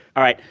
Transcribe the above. all right.